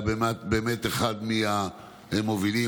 הוא היה אחד המובילים,